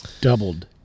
doubled